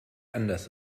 anders